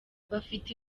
bafite